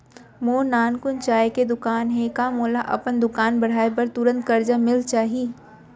मोर नानकुन चाय के दुकान हे का मोला अपन दुकान बढ़ाये बर तुरंत करजा मिलिस जाही?